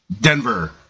Denver